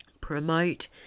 promote